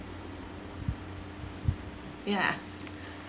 ya